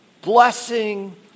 blessing